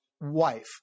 wife